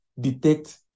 detect